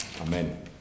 Amen